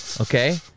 Okay